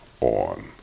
on